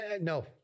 No